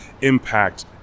impact